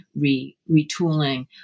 retooling